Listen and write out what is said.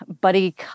buddy